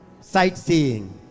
sightseeing